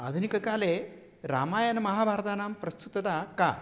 आधुनिककाले रामायणमहाभारतानां प्रस्तुतता का